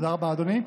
תודה רבה, אדוני.